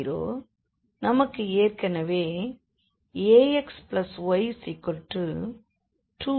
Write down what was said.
நமக்கு ஏற்கெனவே axy2 என்ற லைன் இருக்கிறது